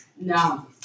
No